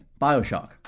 Bioshock